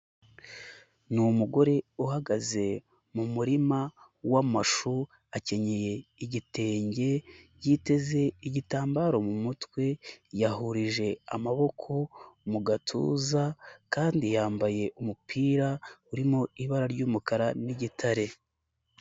Ni umugore uhagaze mu murima w'amashu akenyeye igitenge, yiteze igitambaro mu mutwe, yahurije amaboko mu gatuza kandi yambaye umupira urimo ibara ry'umukara n'igitare.